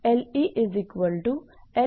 𝐿𝑒 असा लिहू शकतो